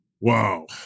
Wow